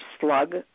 slug